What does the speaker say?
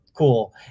cool